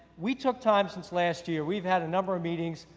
we took time since last year, we have had a number of meetings,